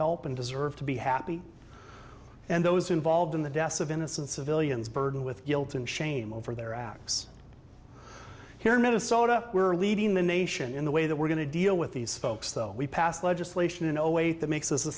help and deserve to be happy and those involved in the deaths of innocent civilians burdened with guilt and shame over their acts here in minnesota we're leading the nation in the way that we're going to deal with these folks so we passed legislation in a way that makes us